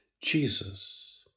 Jesus